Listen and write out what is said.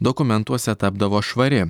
dokumentuose tapdavo švari